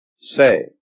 say